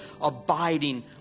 abiding